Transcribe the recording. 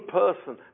person